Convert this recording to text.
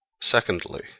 secondly